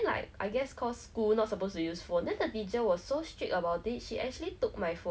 mm art class